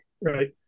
right